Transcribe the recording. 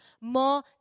more